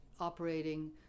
operating